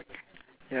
yes correct